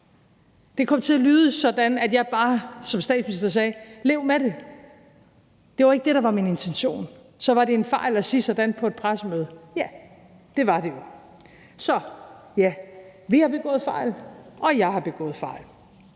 Det kom til at lyde, som om jeg som statsminister bare sagde: »Lev med det.« Det var ikke det, der var min intention. Så var det en fejl at sige sådan på et pressemøde? Ja, det var det jo. Så ja, vi har begået fejl, og jeg har begået fejl.